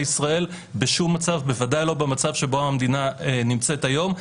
ישראל בשום מצב ובוודאי לא במצב בו המדינה נמצאת היום,